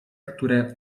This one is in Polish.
które